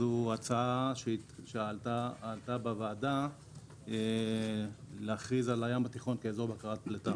ההצעה שעלתה בוועדה להכריז על הים התיכון כאזור בקרת פליטה.